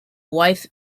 wife